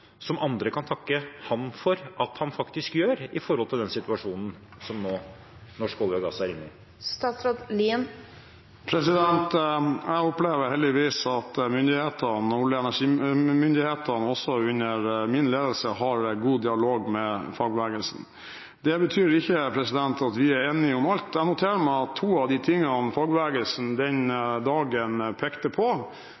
som andre kan takke ham for at han faktisk gjør, i den situasjonen som norsk olje og gass er inne i? Jeg opplever heldigvis at olje- og energimyndighetene, også under min ledelse, har god dialog med fagbevegelsen. Det betyr ikke at vi er enige om alt. Jeg noterer meg at to av de tingene fagbevegelsen pekte på den dagen,